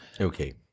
Okay